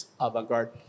avant-garde